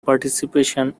participation